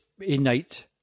innate